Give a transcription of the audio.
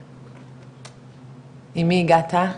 כן, עם מי הגעת?